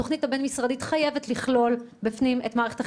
התוכנית הבין משרדית חייבת לכלול בפנים את מערכת החינוך.